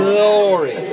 Glory